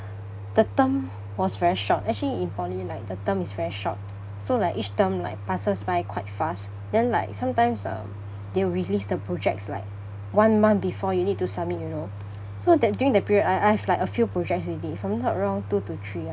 the term was very short actually in poly like the term is very short so like each term like passes by quite fast then like sometimes um they release the projects like one month before you need to submit you know so that during that period I I have like a few projects already if I’m not wrong two to three ah